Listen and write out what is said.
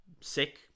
sick